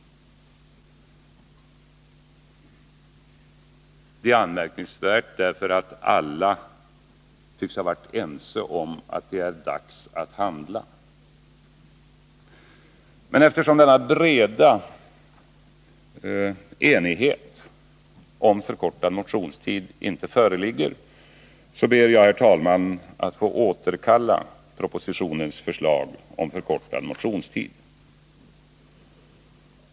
Det är anmärkningsvärt därför att alla tycks ha varit ense om att det är dags att handla. Eftersom en bred enighet om förkortning av motionstiden inte föreligger ber jag, herr talman, att få återkalla propositionens förslag om förkortad motionstid.